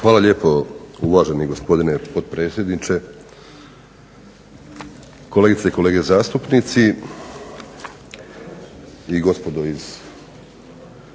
Hvala lijepo uvaženi gospodine potpredsjedniče, kolegice i kolege zastupnici i gospodo iz